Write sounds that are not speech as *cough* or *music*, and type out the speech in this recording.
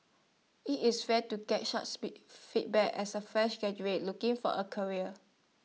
IT is rare to get *unintelligible* be feedback as A fresh graduate looking for A career